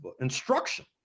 instruction